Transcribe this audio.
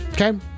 Okay